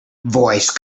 voice